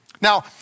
Now